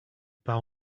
pas